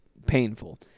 Painful